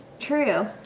true